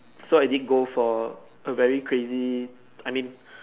so I didn't go for a very crazy I mean